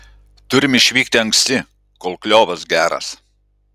turim išvykti anksti kol kliovas geras